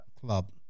club